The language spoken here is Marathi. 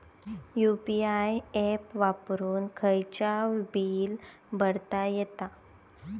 यु.पी.आय ऍप वापरून खायचाव बील भरता येता